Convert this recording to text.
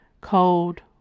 cold